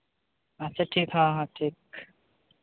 ᱟᱪᱪᱷᱟ ᱴᱷᱤᱠ ᱦᱚᱸ ᱦᱚᱸ ᱴᱷᱤᱠ